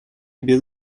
без